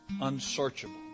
unsearchable